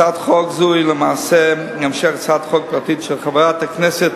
הצעת חוק זו היא למעשה המשך להצעת חוק פרטית של חברת הכנסת